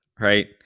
right